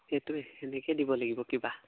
এইটো সেনেকে দিব লাগিব কিবা